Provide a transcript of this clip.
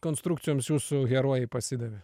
konstrukcijoms jūsų herojai pasidavė